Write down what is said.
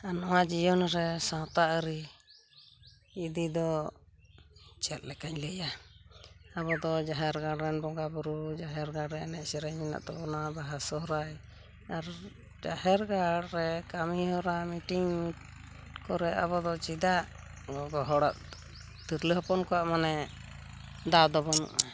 ᱟᱨ ᱱᱚᱣᱟ ᱡᱤᱭᱚᱱ ᱨᱮ ᱟᱶᱛᱟ ᱟᱨᱤ ᱤᱫᱤ ᱫᱚ ᱪᱮᱜᱞᱮᱠᱟᱧ ᱞᱟᱹᱭᱟ ᱟᱵᱚ ᱫᱚ ᱡᱟᱦᱮᱨ ᱜᱟᱲᱨᱮᱱ ᱵᱚᱸᱜᱟ ᱵᱩᱨᱩ ᱡᱟᱦᱮᱨ ᱜᱟᱲᱨᱮ ᱮᱱᱮᱡ ᱥᱮᱨᱮᱧ ᱢᱮᱱᱟᱜ ᱛᱟᱵᱚᱱᱟ ᱵᱟᱦᱟ ᱥᱚᱦᱨᱟᱭ ᱟᱨ ᱡᱟᱦᱮᱨ ᱜᱟᱲ ᱨᱮ ᱠᱟᱢᱚ ᱦᱚᱨᱟ ᱢᱤᱴᱤᱝ ᱠᱚᱨᱮ ᱟᱵᱚᱫᱚ ᱪᱮᱫᱟᱜ ᱜᱚᱜᱚᱦᱚᱲ ᱛᱤᱨᱞᱟᱹ ᱦᱚᱯᱚᱱ ᱠᱚᱣᱟᱜ ᱢᱟᱱᱮ ᱫᱟᱣ ᱫᱚ ᱵᱟᱱᱩᱜᱩᱜᱼᱟ